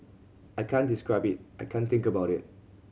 I can't describe it I can't think about it